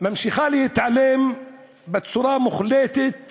ממשיכה להתעלם בצורה מוחלטת